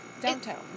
Downtown